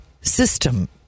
system